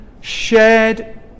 shared